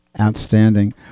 Outstanding